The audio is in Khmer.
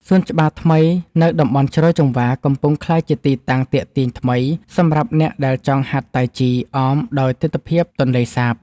សួនច្បារថ្មីៗនៅតំបន់ជ្រោយចង្វារ កំពុងក្លាយជាទីតាំងទាក់ទាញថ្មីសម្រាប់អ្នកដែលចង់ហាត់តៃជីអមដោយទិដ្ឋភាពទន្លេសាប។